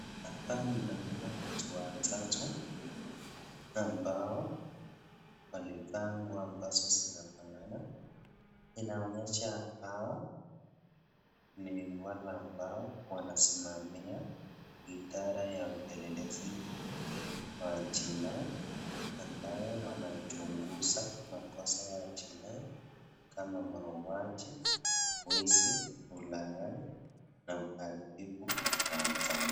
Hapa ninaona watu watatu ambao walivaa nguo zinafanana, inaonyesha hawa ni wale ambao wanasimamia idara ya upelelezi wa jinae, ambayo wanachunguza makosa ya jinae kama mauaji, wizi, ulagai na uharibifu wa mtandao.